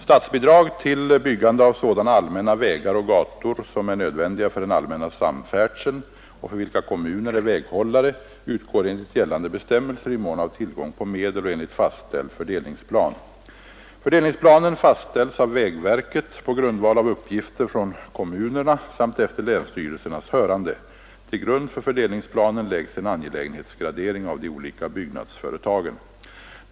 Statsbidrag till byggande av sådana allmänna vägar och gator som är nödvändiga för den allmänna samfärdseln och för vilka kommuner är väghållare utgår enligt gällande bestämmelser i mån av tillgång på medel och enligt fastställd fördelningsplan. Fördelningsplanen fastställs av vägverket på grundval av uppgifter från kommunerna samt efter länsstyrelsernas hörande. Till grund för fördelningsplanen läggs en angelägenhetsgradering av de olika byggnadsföretagen.